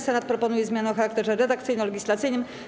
Senat proponuje zmianę o charakterze redakcyjno-legislacyjnym.